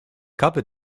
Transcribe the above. cover